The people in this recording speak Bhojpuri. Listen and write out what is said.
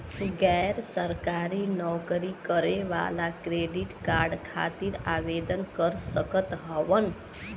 गैर सरकारी नौकरी करें वाला क्रेडिट कार्ड खातिर आवेदन कर सकत हवन?